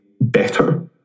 better